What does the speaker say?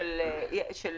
הציבור, של